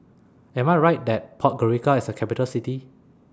Am I Right that Podgorica IS A Capital City